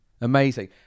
Amazing